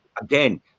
again